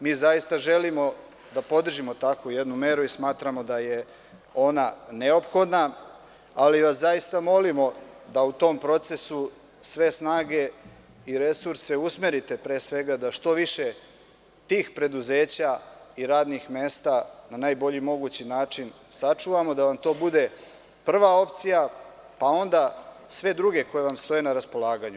Mi zaista želimo da podržimo takvu jednu meru i smatramo da je ona neophodna, ali vas zaista molimo da u tom procesu sve snage i resurse usmerite, pre svega, da što više tih preduzeća i radnih mesta na najbolji mogući način sačuvamo, da vam to bude prva opcija, pa onda sve druge koje vam stoje na raspolaganju.